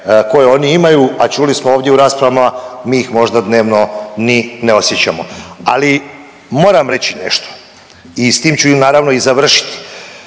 koje oni imaju, a čuli smo ovdje u raspravama, mi ih možda dnevno ni ne osjećamo. Ali, moram reći nešto i s tim ću, naravno i završiti.